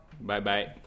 Bye-bye